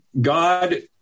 God